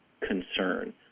concern